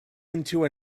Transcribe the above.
into